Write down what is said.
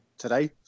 today